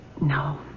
No